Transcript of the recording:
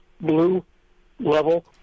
blue-level